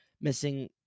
missing